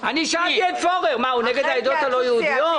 שאלתי את פורר אם הוא נגד העדות הלוא יהודיות?